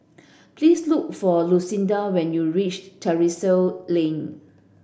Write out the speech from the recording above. please look for Lucindy when you reach Terrasse Lane